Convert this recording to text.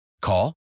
Call